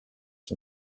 son